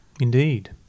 Indeed